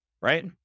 right